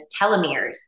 telomeres